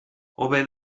hobe